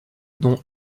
dont